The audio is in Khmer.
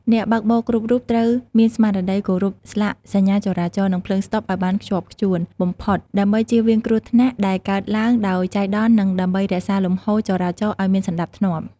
អ្នកបើកបរគ្រប់រូបត្រូវមានស្មារតីគោរពស្លាកសញ្ញាចរាចរណ៍និងភ្លើងស្តុបឱ្យបានខ្ជាប់ខ្ជួនបំផុត ដើម្បីជៀសវាងគ្រោះថ្នាក់ដែលកើតឡើងដោយចៃដន្យនិងដើម្បីរក្សាលំហូរចរាចរណ៍ឱ្យមានសណ្តាប់ធ្នាប់។